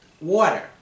Water